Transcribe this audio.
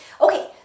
Okay